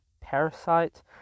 Parasite